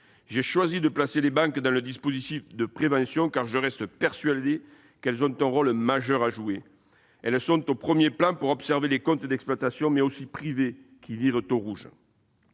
j'ai choisi d'inscrire les banques au dispositif de prévention, car je reste persuadé qu'elles ont un rôle majeur à jouer : elles sont au premier plan pour voir les comptes d'exploitation, mais aussi les comptes privés, virer au rouge.